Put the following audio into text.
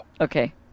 Okay